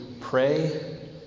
pray